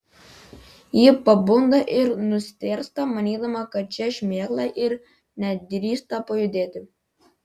ji pabunda ir nustėrsta manydama kad čia šmėkla ir nedrįsta pajudėti